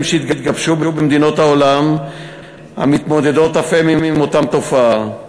שהתגבשו במדינות העולם המתמודדות אף הן עם אותה תופעה.